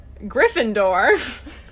Gryffindor